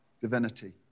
divinity